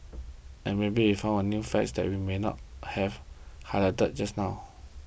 and maybe if I found a few fact that we may not have highlighted just now